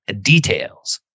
details